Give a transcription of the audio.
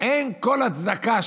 אין כל הצדקה,